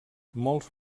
molts